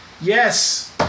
Yes